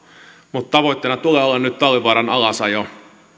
mutta tavoitteena tulee olla nyt talvivaaran alasajo